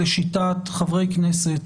לפסול חוקים.